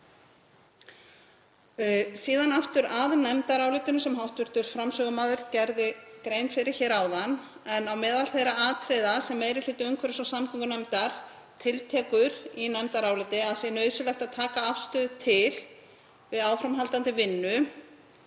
þeim. Aftur að nefndarálitinu sem hv. framsögumaður gerði grein fyrir hér áðan. Á meðal þeirra atriða sem meiri hluti umhverfis- og samgöngunefndar tiltekur í nefndaráliti að nauðsynlegt sé að taka aftstöðu til við áframhaldandi vinnu